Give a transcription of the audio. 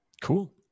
cool